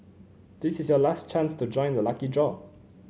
this is your last chance to join the lucky draw